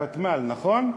ותמ"ל, נכון?